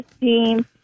team